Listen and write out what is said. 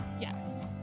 Yes